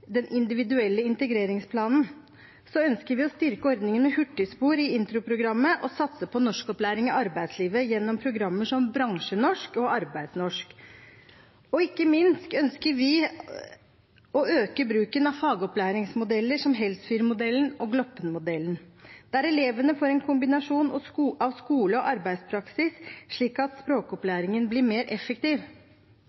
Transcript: den individuelle integreringsplanen. Og så ønsker vi å styrke ordningen med hurtigspor i introprogrammet og satse på norskopplæring i arbeidslivet gjennom programmer som bransjenorsk og arbeidsnorsk. Ikke minst ønsker vi å øke bruken av fagopplæringsmodeller, som Helsfyr-modellen og Gloppen-modellen, der elevene får en kombinasjon av skole og arbeidspraksis, slik at